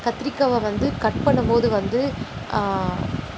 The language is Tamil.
கத்திரிக்காயை வந்து கட் பண்ணும்போது வந்து